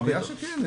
אני מניח שכן.